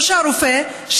או שהרופא,